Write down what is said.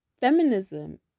Feminism